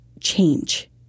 change